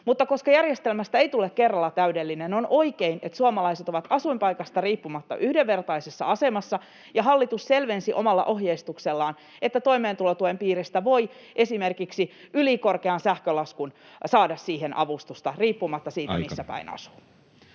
Mutta koska järjestelmästä ei tule kerralla täydellinen, on oikein, että suomalaiset ovat asuinpaikasta riippumatta yhdenvertaisessa asemassa, ja hallitus selvensi omalla ohjeistuksellaan, että toimeentulotuen piiristä voi esimerkiksi ylikorkeaan sähkölaskuun saada avustusta riippumatta siitä, [Puhemies: